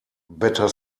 better